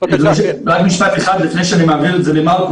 רק משפט אחד לפני שאני מעביר את זה למרקו.